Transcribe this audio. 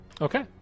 Okay